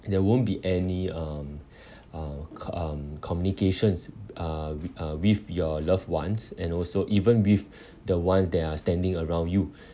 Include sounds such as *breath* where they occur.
there won't be any um *breath* uh um communications uh w~ uh with your loved ones and also even with the ones that are standing around you